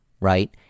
right